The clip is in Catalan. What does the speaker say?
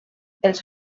els